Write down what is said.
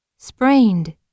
Sprained